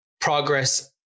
progress